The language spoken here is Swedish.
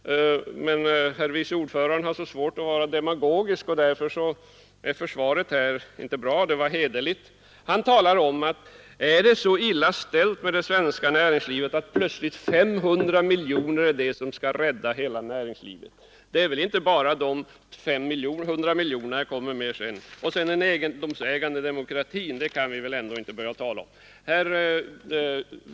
Men utskottets herr vice ordförande har så svårt att vara demagogisk, och därför blev försvaret inte bra; det var hederligt. Han sade: Är det så illa ställt med det svenska näringslivet att 500 miljoner kan rädda hela näringslivet? Men det är väl inte bara de 500 61 miljonerna! Det kommer mera sedan. Och den ”egendomsägande demokratin” kan vi väl ändå inte börja tala om.